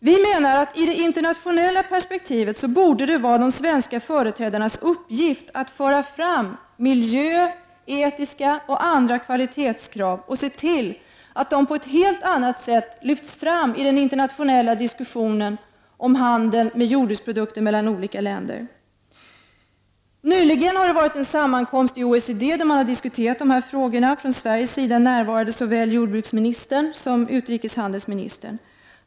Vi menar att det i det internationella perspektivet borde vara de svenska företrädarnas uppgift att föra fram miljökrav, etiska krav och andra kvalitetskrav och att se till att de på ett helt annat sätt lyfts fram i den internationella diskussionen om handel med jordbruksprodukter mellan olika länder. Nyligen har det varit en sammankomst i OECD då dessa frågor diskuterades. Från Sveriges sida närvarade såväl jordbruksministern som utrikeshandelsministern.